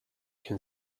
can